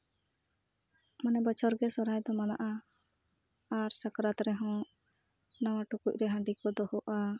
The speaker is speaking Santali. ᱢᱟᱱᱮ ᱵᱚᱪᱷᱚᱨ ᱜᱮ ᱥᱚᱨᱦᱟᱭ ᱫᱚ ᱢᱟᱱᱟᱜᱼᱟ ᱟᱨ ᱥᱟᱠᱨᱟᱛ ᱨᱮᱦᱚᱸ ᱱᱟᱣᱟ ᱴᱩᱠᱩᱡ ᱨᱮ ᱦᱟᱺᱰᱤ ᱠᱚ ᱫᱚᱦᱚᱜᱼᱟ